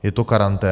Je to karanténa?